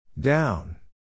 Down